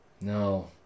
No